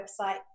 website